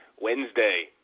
Wednesday